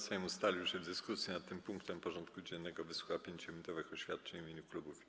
Sejm ustalił, że w dyskusji nad tym punktem porządku dziennego wysłucha 5-minutowych oświadczeń w imieniu klubów i kół.